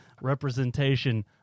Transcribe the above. representation